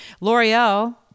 L'Oreal